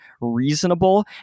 reasonable